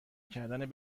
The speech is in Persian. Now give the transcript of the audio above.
کردن